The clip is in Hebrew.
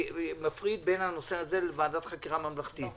מפריד בין הנושא הזה לבין ועדת חקירה ממלכתית.